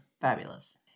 Fabulous